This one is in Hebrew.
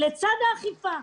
לצד האכיפה.